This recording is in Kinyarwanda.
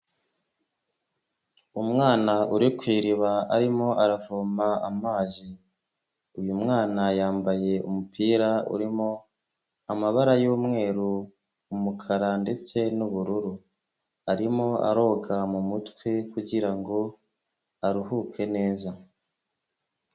Umwana uri ku iriba arimo aravoma amazi,. Uyu mwana yambaye umupira urimo amabara y'umweru, umukara ndetse n'ubururu. Arimo aroga mu mutwe kugira ngo aruhuke neza.